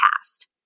past